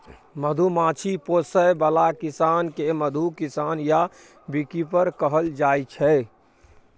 मधुमाछी पोसय बला किसान केँ मधु किसान या बीकीपर कहल जाइ छै